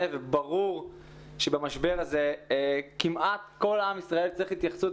וברור שבמשבר הזה כמעט כל עם ישראל צריך התייחסות